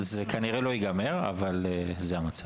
-- זה כנראה לא ייגמר, אבל זה המצב.